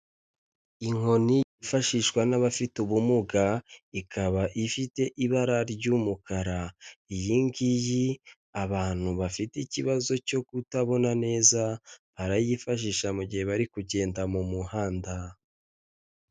Inkoni yifashishwa n'abafite ubumuga, ikaba ifite ibara ry'umukara, iyi ngiyi abantu bafite ikibazo cyo kutabona neza, barayifashisha mu gihe bari kugenda mu muhanda.